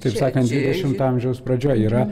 taip sakant dvidešimto amžiaus pradžioj yra